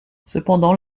cependant